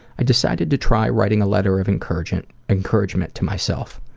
i decided to try writing a letter of encouragement encouragement to myself.